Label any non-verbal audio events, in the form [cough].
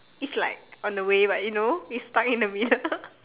is like on the way but you know it's like stuck in the middle [laughs]